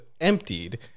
emptied